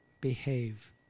Behave